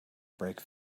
brake